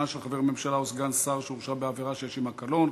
של חבר ממשלה או סגן שר שהורשע בעבירה שיש עמה קלון),